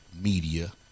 media